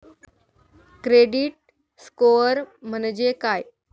Credit score म्हणजे काय?